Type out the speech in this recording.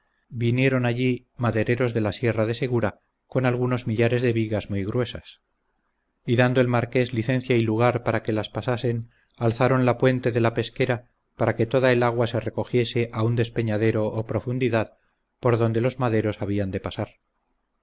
vinieron allí madereros de la sierra de segura con algunos millares de vigas muy gruesas y dando el marqués licencia y lugar para que las pasasen alzaron la puente de la pesquera para que toda el agua se recogiese a un despeñadero o profundidad por donde los maderos habían de pasar